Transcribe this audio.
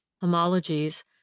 homologies